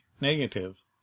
negative